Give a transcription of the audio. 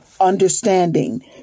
understanding